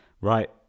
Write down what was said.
Right